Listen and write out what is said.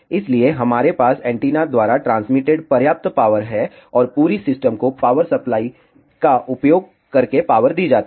इसलिए हमारे पास एंटीना द्वारा ट्रांसमिटेड पर्याप्त पावर है और पूरी सिस्टम को पावर सप्लाई का उपयोग करके पावर दी जाती है